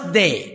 day